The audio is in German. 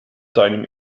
deinem